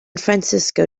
francisco